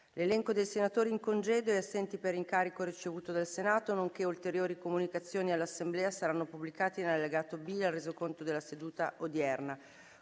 L’elenco dei senatori in congedo e assenti per incarico ricevuto dal Senato, nonché ulteriori comunicazioni all’Assemblea saranno pubblicati nell’allegato B al Resoconto della seduta odierna.